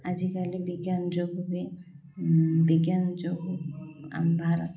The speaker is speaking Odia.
ଆଜିକାଲି ବିଜ୍ଞାନ ଯୋଗୁଁ ବି ବିଜ୍ଞାନ ଯୋଗୁଁ ଆମ ଭାରତ